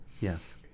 Yes